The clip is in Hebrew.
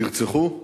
נרצחו,